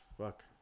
fuck